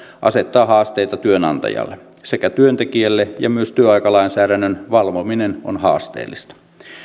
asettaa haasteita työnantajalle sekä työntekijälle ja myös työaikalainsäädännön valvominen on haasteellista